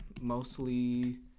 Mostly